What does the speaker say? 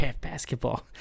basketball